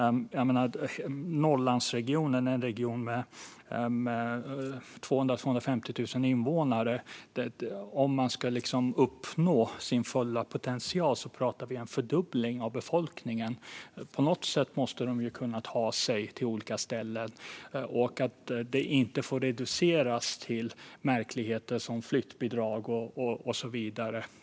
Om Norrbottensregionen, med cirka 250 000 invånare, ska uppnå sin fulla potential behövs en fördubbling av befolkningen. På något sätt måste dessa kunna ta sig till olika ställen, och det får inte reduceras till märkligheter som flyttbidrag med mera.